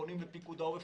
פונים לפיקוד העורף,